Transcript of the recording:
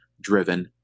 driven